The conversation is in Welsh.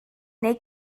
neu